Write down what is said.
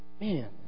Man